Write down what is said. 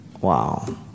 Wow